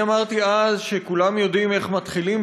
אני אמרתי אז שכולם יודעים איך מתחילים